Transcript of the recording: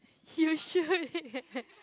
he will sure